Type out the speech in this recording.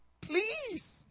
Please